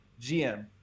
GM